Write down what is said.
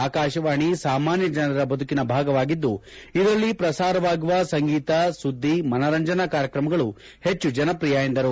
ಆಕಾಶವಾಣಿ ಸಾಮಾನ್ಯ ಜನರ ಬದುಕಿನ ಭಾಗವಾಗಿದ್ದು ಇದರಲ್ಲಿ ಪ್ರಸಾರವಾಗುವ ಸಂಗೀತ ಸುದ್ದಿ ಮನರಂಜನಾ ಕಾರ್ಯಕ್ರಮಗಳು ಹೆಚ್ಚು ಜನಪ್ರಿಯ ಎಂದರು